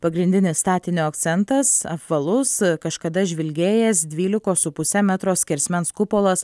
pagrindinis statinio akcentas apvalus kažkada žvilgėjęs dvylikos su puse metro skersmens kupolas